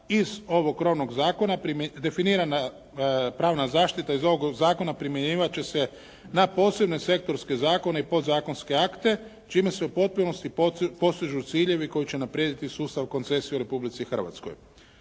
iz ovog … zakona, definirana pravna zaštita iz ovoga zakona primjenjivat će se na posebne sektorske zakone i podzakonske akte, čime se u potpunosti postižu ciljevi koji će unaprijediti sustav koncesije u Republici Hrvatskoj.